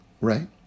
right